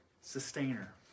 sustainer